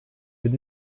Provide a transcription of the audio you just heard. від